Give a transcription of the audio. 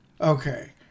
okay